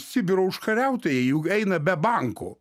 sibiro užkariautojai juk eina be banko